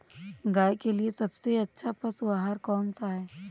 गाय के लिए सबसे अच्छा पशु आहार कौन सा है?